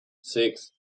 six